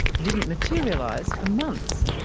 didn't materialise for months.